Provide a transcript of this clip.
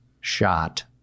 shot